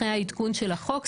אחרי העדכון של החוק,